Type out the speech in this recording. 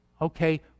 Okay